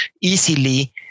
easily